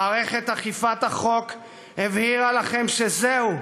מערכת אכיפת החוק הבהירה לכם שזהו,